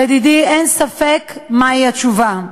לדידי, אין ספק מהי התשובה.